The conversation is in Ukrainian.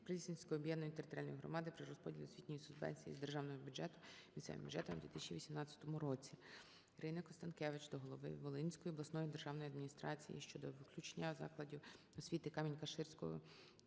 Прилісненської об'єднаної територіальної громади при перерозподілі освітньої субвенції з державного бюджету місцевим бюджетам у 2018 році. ІриниКонстанкевич до голови Волинської обласної державної адміністрації щодо включення закладів освіти Камінь-Каширського,